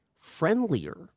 friendlier